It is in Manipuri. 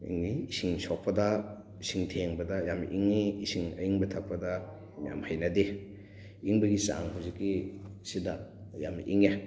ꯏꯪꯉꯤ ꯏꯁꯤꯡ ꯁꯣꯛꯄꯗ ꯏꯁꯤꯡ ꯊꯦꯡꯕꯗ ꯌꯥꯝ ꯏꯪꯉꯤ ꯏꯁꯤꯡ ꯑꯏꯪꯕ ꯊꯛꯄꯗ ꯌꯥꯝ ꯍꯩꯅꯗꯦ ꯏꯪꯕꯒꯤ ꯆꯥꯡ ꯍꯧꯖꯤꯛꯀꯤꯁꯤꯗ ꯌꯥꯝꯅ ꯏꯪꯉꯦ